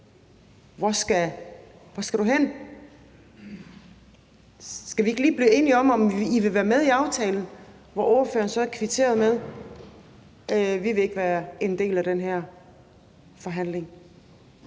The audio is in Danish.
Hvor skal du hen, skal vi ikke lige blive enige om, om I vil være med i aftalen? Ordføreren kvitterede så med: Vi vil ikke være en del af den her forhandling